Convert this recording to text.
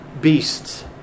beasts